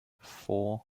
four